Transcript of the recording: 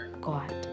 God